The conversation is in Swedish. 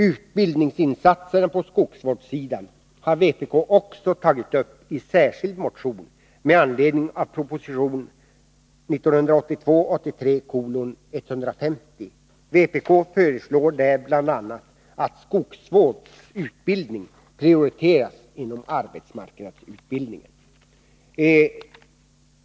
Utbildningsinsatserna på skogsvårdssidan har vpk också tagit upp i särskild motion med anledning av proposition 1982/83:150. Vpk föreslår i den motionen bl.a. att skogsvårdsutbildning prioriteras inom arbetsmarknadsutbildningen.